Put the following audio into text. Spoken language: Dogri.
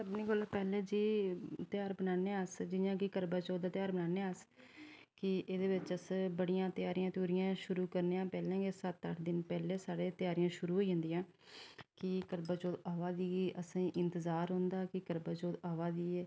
सब्भने कोला दा पैह्लैं जो ध्यार बनाने आं अस जियां कि करवाचौथ दा ध्यार बनाने आं अस कि एह्दे बिच्च अस बड़ियां तेयारियां शुरु करने आं पैह्लैं सत्त अट्ठ दिन पैह्लैं गै साढ़े तेयारियां शुरु होई जंदियां न कि करवाचौथ अवा दी ऐ असेंगी इंतजार रौंह्दा ऐ कि करवाचौथ अवा दी ऐ